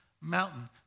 mountain